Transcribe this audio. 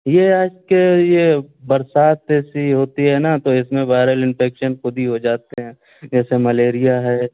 یہ آج کے یہ برسات جیسے ہی ہوتی ہے نا تو اس میں وائرل انفیکشن خود ہی ہو جاتے ہیں جیسے ملیریا ہے